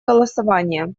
голосования